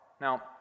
Now